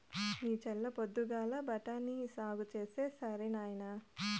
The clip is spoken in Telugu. నీ చల్ల పొద్దుగాల బఠాని సాగు చేస్తే సరి నాయినా